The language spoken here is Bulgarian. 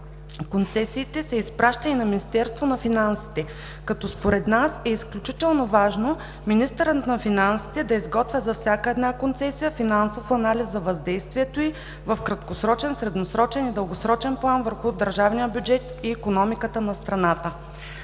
концесиите да се изпраща и на Министерството на финансите, като според нас е изключително важно министърът на финансите да изготвя за всяка една концесия финансов анализ за въздействието й в краткосрочен, средносрочен и дългосрочен план върху държавния бюджет и икономиката на страната.